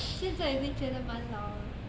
现在已经觉得蛮老